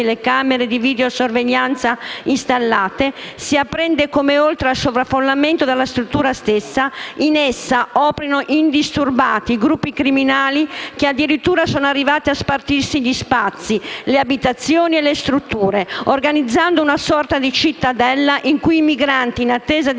telecamere di videosorveglianza installate, si apprende come, oltre al sovraffollamento della struttura stessa, in essa operino indisturbati gruppi criminali che addirittura sono arrivati a spartirsi gli spazi, le abitazioni e le strutture, organizzando una sorta di cittadella in cui i migranti, in attesa di